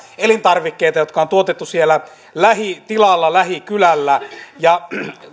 elintarvikkeita jotka on tuotettu siellä lähitilalla lähikylällä